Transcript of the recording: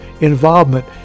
involvement